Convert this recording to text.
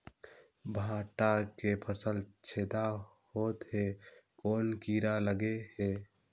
भांटा के फल छेदा होत हे कौन कीरा लगे हे?